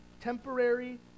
temporary